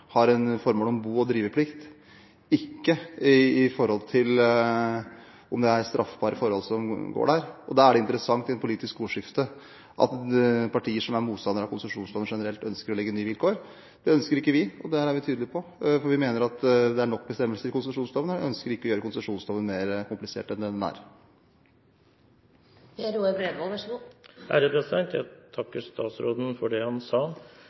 formål om bo- og driveplikt, ikke om hvorvidt det er straffbare forhold som pågår der. Da er det interessant i det politiske ordskiftet at partier som er motstandere av konsesjonsloven generelt, ønsker å legge inn nye vilkår. Det ønsker ikke vi, og det er vi tydelige på. Vi mener at det er nok bestemmelser i konsesjonsloven, og ønsker ikke å gjøre konsesjonsloven mer komplisert enn det den er. Jeg takker statsråden for det han sa. Jeg